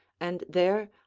and there,